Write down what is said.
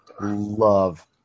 love